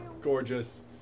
Gorgeous